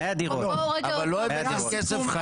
אבל לא הבאתם כסף חדש?